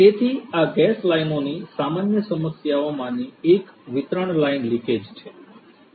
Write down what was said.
તેથી આ ગેસ લાઇનોની સામાન્ય સમસ્યાઓમાંની એક વિતરણ લાઇન લિકેજ છે